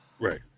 right